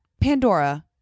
Pandora